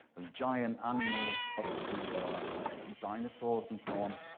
of giant animals up to dinosaurs and so on.